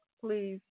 please